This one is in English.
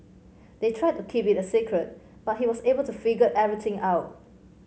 they tried to keep it a secret but he was able to figure everything out